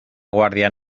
guardia